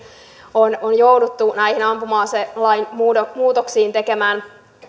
on on jouduttu näihin ampuma aselain muutoksiin tekemään